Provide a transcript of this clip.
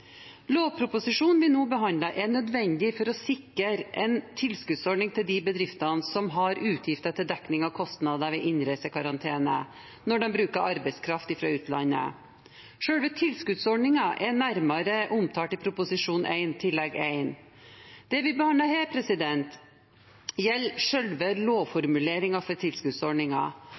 Lovproposisjonen vi nå behandler, er nødvendig for å sikre en tilskuddsordning til de bedriftene som har utgifter til dekning av kostnader ved innreisekarantene når de bruker arbeidskraft fra utlandet. Selve tilskuddsordningen er nærmere omtalt i Prop. 1 S Tillegg 1. Det vi behandler her, gjelder selve lovformuleringen for